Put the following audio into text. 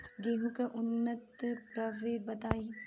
गेंहू के उन्नत प्रभेद बताई?